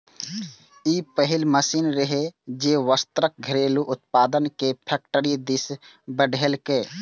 ई पहिल मशीन रहै, जे वस्त्रक घरेलू उत्पादन कें फैक्टरी दिस बढ़ेलकै